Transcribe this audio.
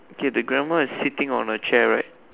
okay the grandma is sitting on a chair right